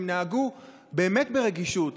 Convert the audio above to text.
הם נהגו באמת ברגישות,